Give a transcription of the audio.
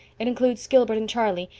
it includes gilbert and charlie,